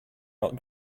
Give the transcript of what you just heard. not